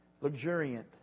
luxuriant